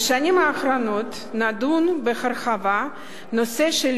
בשנים האחרונות נדון בהרחבה הנושא של